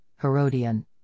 Herodian